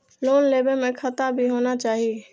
Loan लेबे में खाता भी होना चाहि?